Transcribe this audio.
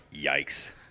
Yikes